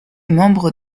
membre